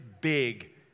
big